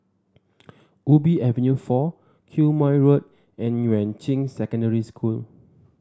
Ubi Avenue four Quemoy Road and Yuan Ching Secondary School